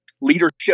leadership